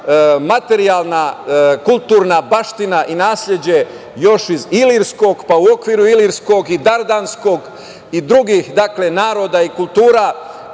materijalna kulturna baština i nasleđe, još iz Ilirskog, pa u okviru Ilirskog i Dandarskog i drugih naroda i kultura,